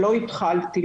שלא התחלתי,